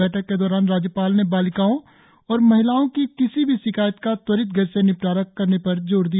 बैठक के दौरान राज्यपाल ने बालिकाओं और महिलाओं की किसी भी शिकायत का त्वरित गति से निपटारा करने पर जोर दिया